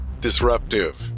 disruptive